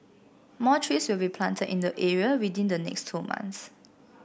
more trees will be planted in the area within the next two months